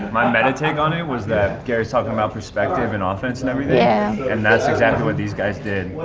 my meta take on it was that gary's talking about perspective and offense and everything yeah and that's exactly what these guys did.